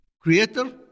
Creator